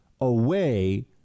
away